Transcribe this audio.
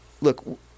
look